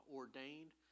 ordained